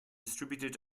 distributed